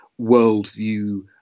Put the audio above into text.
worldview